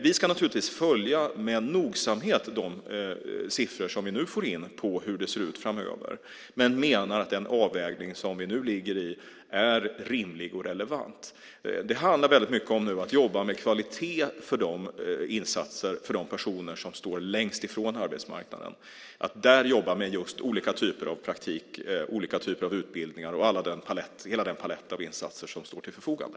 Vi ska naturligtvis noga följa de siffror vi nu får in när det gäller hur det ser ut framöver, men vi menar att den avvägning som vi nu ligger i är rimlig och relevant. Det handlar mycket om att nu jobba med kvalitet i insatserna för de personer som står längst från arbetsmarknaden: olika typer av praktik, utbildningar och hela paletten av insatser som står till förfogande.